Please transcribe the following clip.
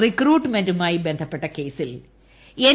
റിക്രൂട്ട്മെന്റുമായി ബന്ധപ്പെട്ട കേസിൽ എൻ